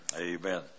Amen